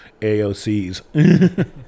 AOCs